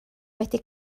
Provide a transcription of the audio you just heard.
wedi